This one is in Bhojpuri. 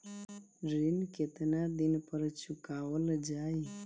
ऋण केतना दिन पर चुकवाल जाइ?